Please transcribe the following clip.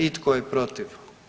I tko je protiv?